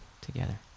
together